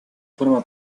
forma